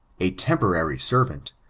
a temporary servant,